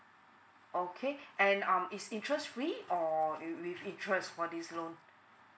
okay and um is interest free or with with interest for this loan